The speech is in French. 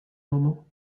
moment